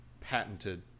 patented